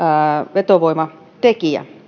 vetovoimatekijä